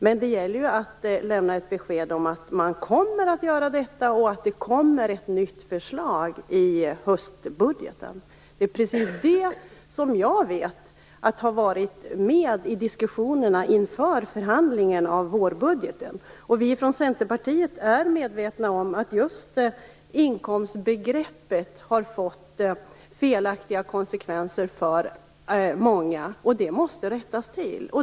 Men det gäller ju att lämna ett besked om att man kommer att göra detta, och om att det kommer ett nytt förslag i höstbudgeten. Precis det vet jag har funnits med i diskussionerna inför förhandlingen om vårbudgeten. Vi från Centerpartiet är medvetna om att just inkomstbegreppet har fått felaktiga konsekvenser för många. Det måste rättas till.